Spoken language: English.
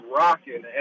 rocking